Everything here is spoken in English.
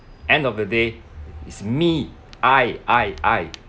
end of the day it's me I I I